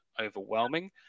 overwhelming